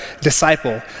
disciple